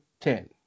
Ten